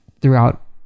Throughout